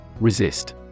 Resist